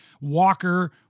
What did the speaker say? Walker